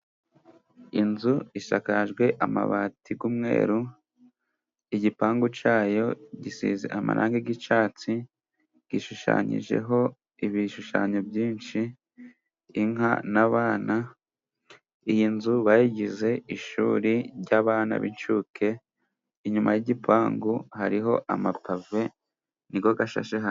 Inzu isakajwe amabati yumweru igipangu cyayo gisize amarangi y'icyatsi, gishushanyijeho ibishushanyo byinshi: Inka n'abana. Iyi nzu bayigize ishuri ry'abana b'incuke. Inyuma y'igipangu hariho amapave niyo ashashe hasi.